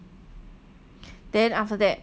then after that